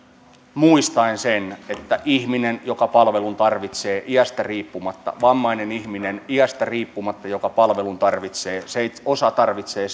muistaen sen että ihminen joka palvelun tarvitsee iästä riippumatta vammainen ihminen iästä riippumatta joka palvelun tarvitsee osa tarvitsee